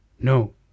No